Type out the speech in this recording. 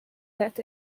that